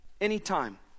anytime